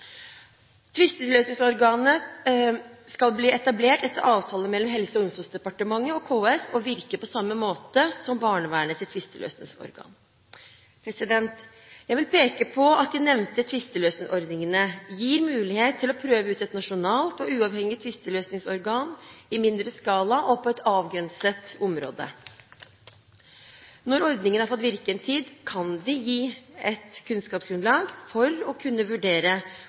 omsorgsdepartementet og KS og skal virke på samme måte som barnevernets tvisteløsningsorgan. Jeg vil peke på at de nevnte tvisteløsningsordningene gir mulighet for å prøve ut et nasjonalt og uavhengig tvisteløsningsorgan i en mindre skala og på et avgrenset område. Når ordningene har fått virke en tid, kan de gi et kunnskapsgrunnlag for å kunne vurdere